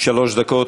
שלוש דקות.